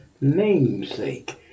namesake